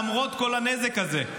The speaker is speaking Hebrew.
למרות כל הנזק הזה.